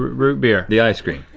root root beer. the ice cream.